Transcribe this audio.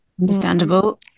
understandable